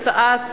בעד הצעת